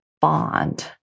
bond